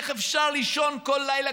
איך אפשר לישון כל לילה,